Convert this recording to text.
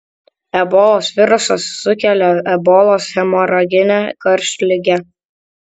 ebolos virusas sukelia ebolos hemoraginę karštligę